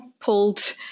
pulled